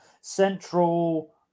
Central